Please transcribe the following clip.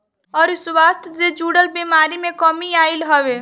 अउरी स्वास्थ्य जे जुड़ल बेमारी में कमी आईल हवे